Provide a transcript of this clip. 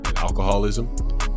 alcoholism